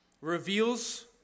reveals